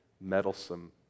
meddlesome